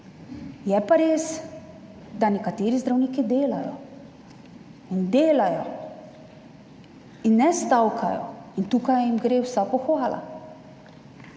Je pa res, da nekateri zdravniki delajo in delajo in ne stavkajo. Tukaj jim gre vsa pohvala.